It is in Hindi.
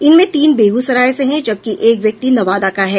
इनमें तीन बेगुसराय से हैं जबकि एक व्यक्ति नवादा का है